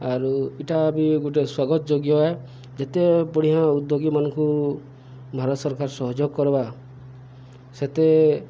ଆରୁ ଇଟା ବି ଗୋଟେ ସ୍ୱାଗତ ଯୋଗ୍ୟ ହେ ଯେତେ ବଢ଼ିଆ ଉଦ୍ୟୋଗୀମାନଙ୍କୁ ଭାରତ ସରକାର ସହଯୋଗ କରବା ସେତେ